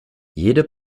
jede